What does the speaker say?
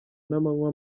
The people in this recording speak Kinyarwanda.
n’amanywa